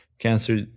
cancer